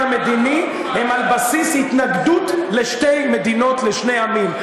המדיני הם על בסיס התנגדות לשתי מדינות לשני עמים.